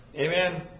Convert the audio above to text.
Amen